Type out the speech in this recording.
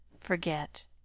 forget